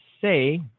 say